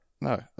no